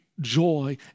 joy